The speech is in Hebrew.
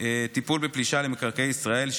טיפול בפלישה למקרקעי ישראל,